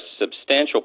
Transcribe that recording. substantial